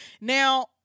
Now